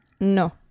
No